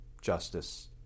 justice